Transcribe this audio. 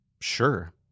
Sure